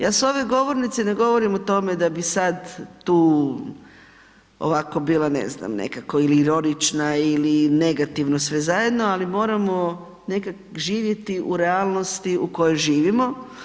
Ja s ove govornice ne govorim o tome da bi sad tu ovako bila ne znam nekako ili ironična ili negativno sve zajedno, ali moramo nekak živjeti u realnosti u kojoj živimo.